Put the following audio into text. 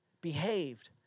behaved